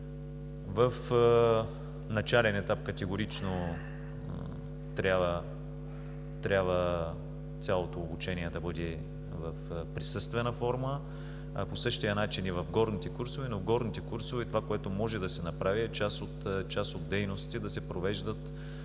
В начален етап категорично трябва цялото обучение да бъде в присъствена форма, по същия начин и в горните курсове, но там това, което може да се направи, е част от дейностите да се провеждат